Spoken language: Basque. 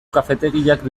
kafetegiak